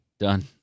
Done